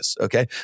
Okay